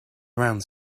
around